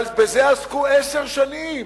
בזה עסקו עשר שנים,